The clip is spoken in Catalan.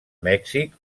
mèxic